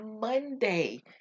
Monday